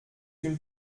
une